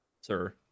sir